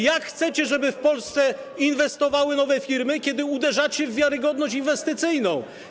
Jak chcecie, żeby w Polsce inwestowały nowe firmy, skoro uderzacie w wiarygodność inwestycyjną?